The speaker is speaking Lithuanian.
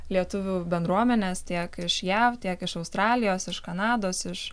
lietuvių bendruomenės tiek iš jav tiek iš australijos iš kanados iš